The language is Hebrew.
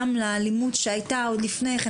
גם לאלימות שהייתה עוד לפני כן,